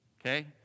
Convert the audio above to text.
Okay